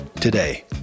today